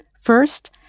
First